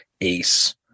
Ace